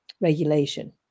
regulation